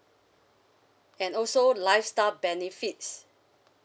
and also lifestyle benefits